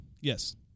Yes